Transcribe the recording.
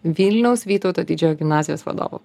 vilniaus vytauto didžiojo gimnazijos vadovu